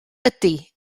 ydy